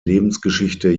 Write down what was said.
lebensgeschichte